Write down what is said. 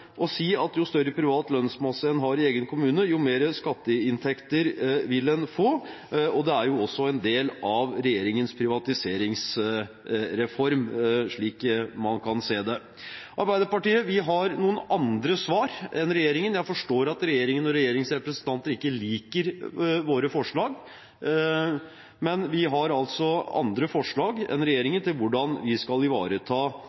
å si at jo større privat lønnsmasse man har i egen kommune, jo mer skatteinntekter vil man få. Det er også en del av regjeringens privatiseringsreform, slik man kan se det. Arbeiderpartiet har noen andre svar enn regjeringen. Jeg forstår at regjeringen og regjeringens representanter ikke liker våre forslag, men vi har altså andre forslag enn regjeringen til hvordan vi skal ivareta